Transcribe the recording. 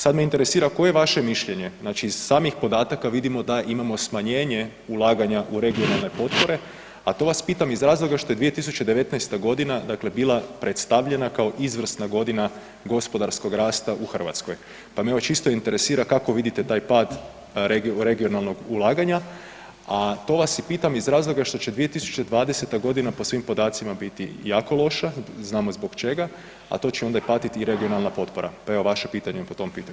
Sad me interesira, koje je vaše mišljenje, znači iz samih podataka vidimo da imamo smanjenje ulaganja u regionalne potpore, a to vas pitam iz razloga što je 2019.g. dakle bila predstavljena kao izvrsna godina gospodarskog rasta u Hrvatskoj, pa me evo čisto interesira kako vidite taj pad regionalnog ulaganja, a to vas i pitam iz razloga što će 2020.g. po svim podacima biti jako loša, znamo i zbog čega, a to će onda i patiti i regionalna potpora, pa evo vaše pitanje po tom pitanju?